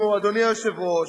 אדוני היושב-ראש,